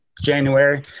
January